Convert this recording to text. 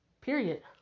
Period